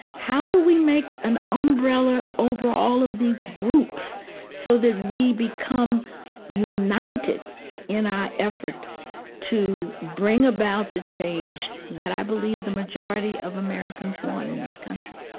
how do we make an umbrella umbrella over all of these groups so that we become united in our effort to bring about the change that i believe the majority of americans want in this country?